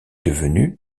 devenu